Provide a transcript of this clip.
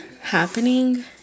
happening